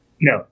No